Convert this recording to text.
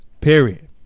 Period